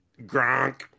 Gronk